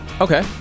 Okay